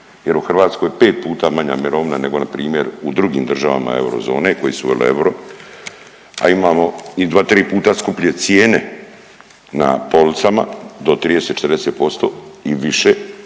jer u Hrvatskoj 5 puta manja mirovina nego npr. u drugim država eurozone koje su uvele euro, a imamo i 2, 3 puta skuplje cijene na policama, do 30, 40% i više